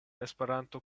esperanto